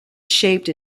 shaped